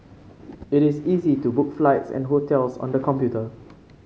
it is easy to book flights and hotels on the computer